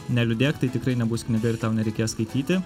neliūdėk tai tikrai nebus knyga ir tau nereikės skaityti